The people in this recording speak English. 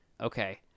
okay